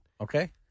Okay